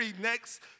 next